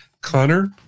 Connor